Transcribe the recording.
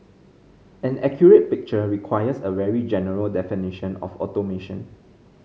an accurate picture requires a very general definition of automation